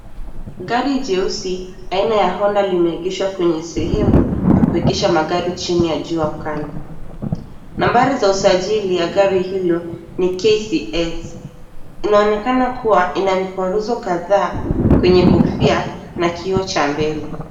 Gari jeusi aina ya HONDA limeegeshwa kwenye sehemu ya kuegesha magari chini ya jua kali. Nambari za usajili ya gari hilo ni KCS. Inaonekana kuwa ina mikwaruzo kadhaa kwenye kofia na kioo cha mbele.